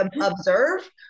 observe